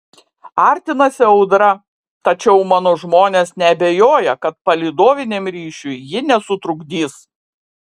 artinasi audra tačiau mano žmonės neabejoja kad palydoviniam ryšiui ji nesutrukdys